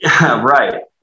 Right